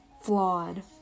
flawed